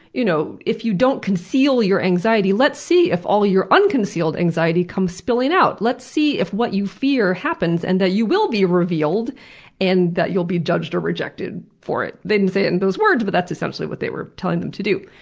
you know if you don't conceal your anxiety, let's see if all your unconcealed anxiety comes spilling out. let's see if what you fear happens and that you will be revealed and that you will be judged or rejected for it. they didn't say it in and those words but that's essentially what they were telling them to do.